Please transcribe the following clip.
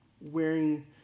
wearing